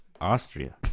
Austria